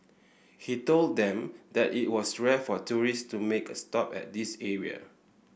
he told them that it was rare for tourist to make a stop at this area